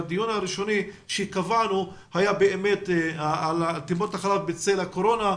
שהדיון שקבענו הוא בנושא טיפות החלב בצל הקורונה.